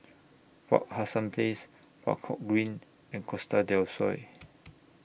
Wak Hassan Place Buangkok Green and Costa Del Sol